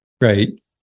Right